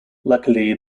luckily